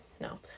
No